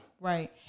Right